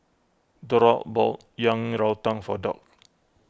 Derald bought Yang Rou Tang for Doc